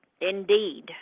Indeed